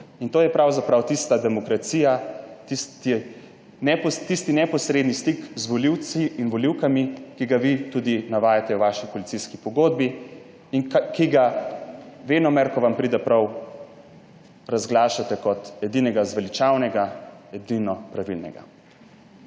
To je pravzaprav tista demokracija, tisti neposredni stik z volivci in volivkami, ki ga vi tudi navajate v svoji koalicijski pogodbi in ki ga venomer, ko vam pride prav, razglašate kot edinega zveličavnega, edinega pravilnega.